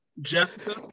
Jessica